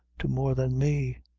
to more than me.